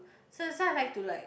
so that's why I like to like